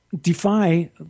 defy